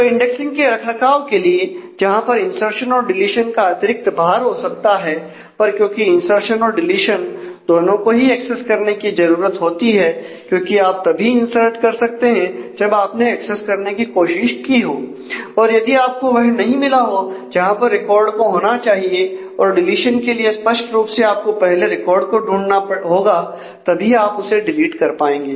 तो इंडेक्सिंग के रखरखाव के लिए जहां पर इंर्सशन और डीलीशन का अतिरिक्त भार हो सकता है पर क्योंकि इंर्सशन और डीलीशन दोनों को ही एक्सेस की जरूरत होती है क्योंकि आप तभी इंसर्ट कर सकते हैं जब आपने एक्सेस करने की कोशिश की हो और यदि आपको वह नहीं मिला हो जहां पर रिकॉर्ड को होना चाहिए और डीलीशन के लिए स्पष्ट रूप से आपको पहले रिकॉर्ड को ढूंढना होगा तब ही आप उसे डिलीट कर पाएंगे